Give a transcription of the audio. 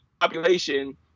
population